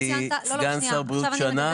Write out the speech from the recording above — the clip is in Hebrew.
אני הייתי סגן שר בריאות שנה,